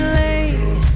late